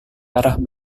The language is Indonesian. arah